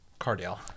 Cardale